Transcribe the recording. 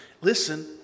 Listen